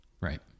Right